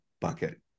bucket